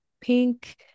Pink